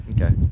Okay